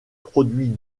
produits